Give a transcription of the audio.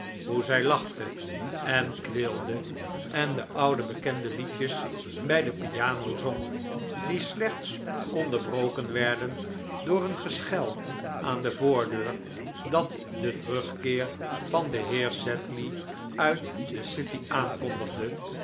hoe zij lachte en kweelde en de oude bekende liedjes bij de piano zong die slechts onderbroken werden door een geschel aan de voordeur dat den terugkeer van den heer sedley uit de city aankondigde